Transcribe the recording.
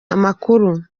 amakuru